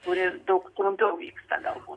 kuris daug trumpiau vyksta galbūt